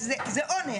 אז זה אונס,